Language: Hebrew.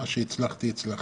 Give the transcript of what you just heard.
מה שהצלחתי הצלחתי.